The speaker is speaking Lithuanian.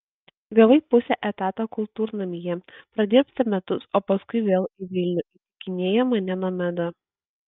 gavai pusę etato kultūrnamyje pradirbsi metus o paskui vėl į vilnių įtikinėja mane nomeda